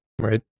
Right